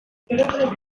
moody